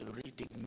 reading